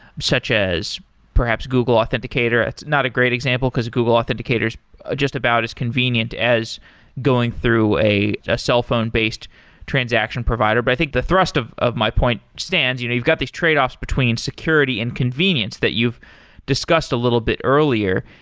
such as perhaps google authenticator. it's not a great example, because google authenticator is just about as convenient as going through a a cellphone-based transaction provider, but i think the thrust of of my point stands. you know you've got these trade-offs between security and convenience that you've discussed a little bit earlier.